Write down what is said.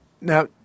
Now